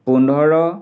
পোন্ধৰ